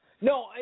No